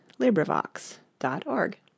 LibriVox.org